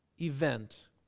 event